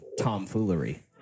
tomfoolery